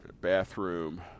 Bathroom